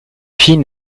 fille